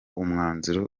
umwanzuro